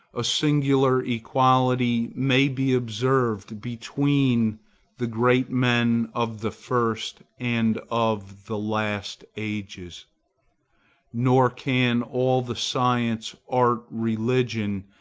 a singular equality may be observed between the great men of the first and of the last ages nor can all the science, art, religion,